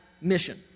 mission